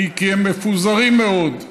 היא כי הם מפוזרים מאוד.